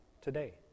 today